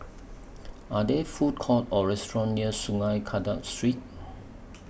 Are There Food Courts Or restaurants near Sungei Kadut Street